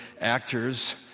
actors